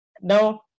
Now